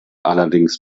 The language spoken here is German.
allerdings